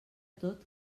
tot